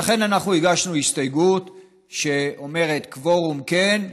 ולכן אנחנו הגשנו הסתייגות שאומרת: קוורום כן,